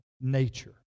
nature